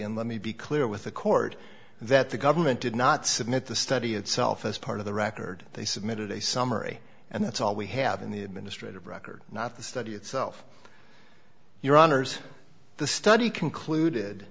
and let me be clear with the court that the government did not submit the study itself as part of the record they submitted a summary and that's all we have in the administrative record not the study itself your honour's the study concluded